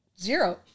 Zero